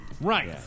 Right